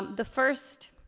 the first